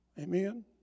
Amen